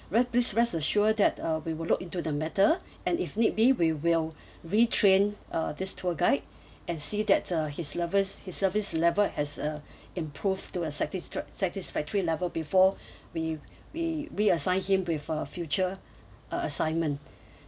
re~ please rest assure that uh we will look into the matter and if need be we will retrain uh this tour guide and see that uh his levels his service level has uh improve to a satis~ satisfactory level before we we reassign him with a future uh assignment